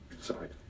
Sorry